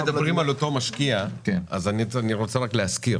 אם אנחנו מדברים על אותו משקיע, ואני רוצה להזכיר